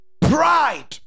pride